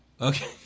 Okay